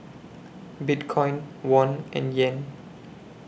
Bitcoin Won and Yen